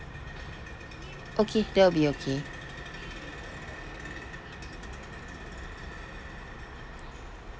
okay that will be okay